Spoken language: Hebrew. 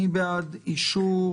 מי בעד אישור